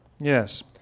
Yes